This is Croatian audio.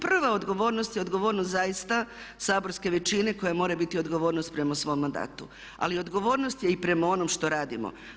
Prva odgovornost je odgovornost zaista saborske većine koja mora biti odgovornost prema svom mandatu, ali odgovornost je i prema onom što radimo.